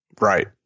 right